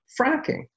fracking